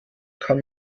kann